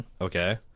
Okay